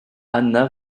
anna